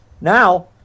Now